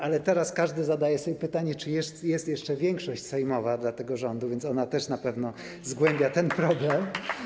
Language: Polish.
Ale teraz każdy zadaje sobie pytanie, czy jest jeszcze większość sejmowa dla tego rządu, a więc ona też na pewno zgłębia ten problem.